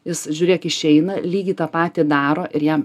jis žiūrėk išeina lygiai tą patį daro ir jam